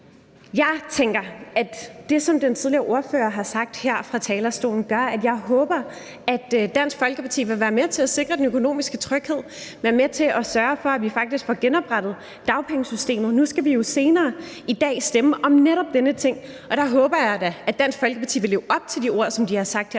Jeg håber, at det, som den forrige ordfører har sagt her fra talerstolen, gør, at Dansk Folkeparti vil være med til at sikre den økonomiske tryghed, være med til at sørge for, at vi faktisk får genoprettet dagpengesystemet. Nu skal vi jo senere i dag stemme om netop den her ting, og der håber jeg da, at Dansk Folkeparti vil leve op til de ord, som ordføreren har sagt her